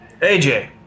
AJ